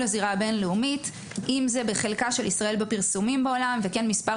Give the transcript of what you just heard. הזירה הבין-לאומית בחלקה של ישראל בפרסומים בעולם וכן במספר